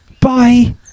Bye